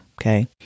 Okay